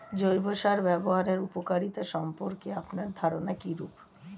জৈব সার ব্যাবহারের উপকারিতা সম্পর্কে আপনার ধারনা কীরূপ?